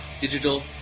Digital